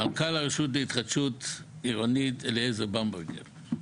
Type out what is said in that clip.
מנכ"ל הרשות להתחדשות עירונית, אלעזר במברגר.